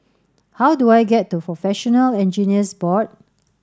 how do I get to Professional Engineers Board